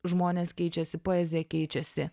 žmonės keičiasi poezija keičiasi